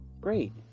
Great